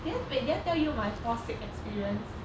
did I wait did I tell you my fall sick experience